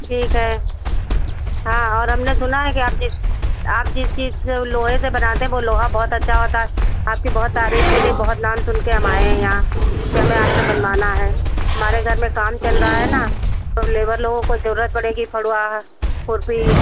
ठीक है हाँ और हमने सुना है कि आप जिस आप जिस चीज़ से ऊ लोहे से बनाते हैं वह लोहा बहुत अच्छा होता है आपकी बहुत तारीफ़ सुनी है बहुत नाम सुनकर हम आए हैं यहाँ कि हमें आपसे बनवाना है हमारे घर में काम चल रहा है ना सब लेबर लोगों को ज़रूरत पड़ेगी फड़वा खुरपी